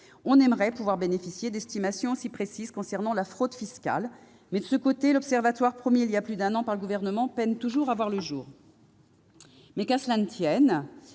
On aimerait pouvoir bénéficier d'estimations aussi précises concernant la fraude fiscale, mais l'observatoire promis il y a plus d'un an par le Gouvernement peine toujours à voir le jour. Qu'à cela ne tienne,